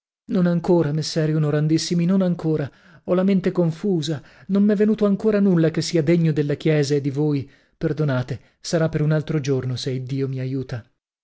non ancora messeri onorandissimi non ancora ho la mente confusa non m'è venuto ancor nulla che sia degno della chiesa e di voi perdonate sarà per un altro giorno se iddio mi aiuta